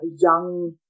young